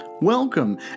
Welcome